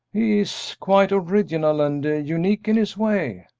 he is quite original and unique in his way.